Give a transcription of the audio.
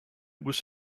was